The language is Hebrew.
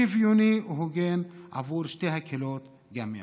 שוויוני והוגן עבור שתי הקהילות גם יחד.